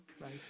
Right